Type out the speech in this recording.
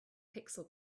pixel